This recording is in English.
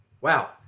Wow